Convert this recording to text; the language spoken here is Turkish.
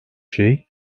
şey